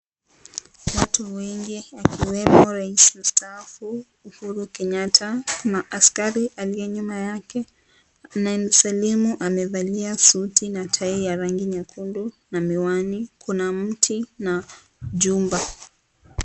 Watu wengi akiwemo rais mtaafu, Uhuru Kenyatta na askari aliye nyuma yake anamsalimu. Amevalia suti na tai ya rangi nyekundun miwani. Kuna mti na jumba.